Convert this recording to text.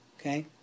Okay